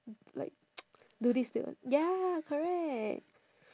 like do this to your~ ya correct